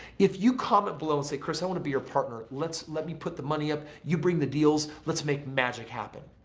if you comment below and say kris i want to be your partner let's let me put the money up. you bring the deals, let's make magic happen.